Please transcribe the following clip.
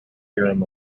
theorem